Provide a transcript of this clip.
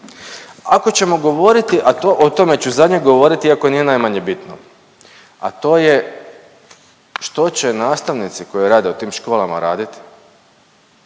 Ako ćemo govoriti, a o tome ću zadnje govoriti iako nije najmanje bitno, a to je što će nastavnici koji rade u tim školama raditi?